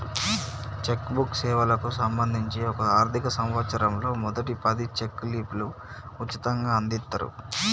check book సేవలకు సంబంధించి ఒక ఆర్థిక సంవత్సరంలో మొదటి పది చెక్ లీఫ్లు ఉచితంగ అందిత్తరు